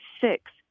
six